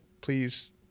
please